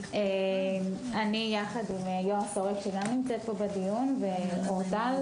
אני יחד עם --- שנמצאת פה בדיון ואורטל